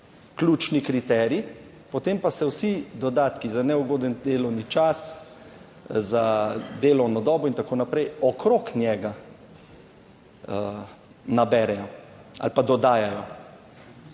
ključni kriterij, potem pa se vsi dodatki za neugoden delovni čas, za delovno dobo in tako naprej, okrog njega naberejo ali pa dodajajo.